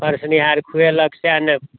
परसनिहार खुएलक सएह ने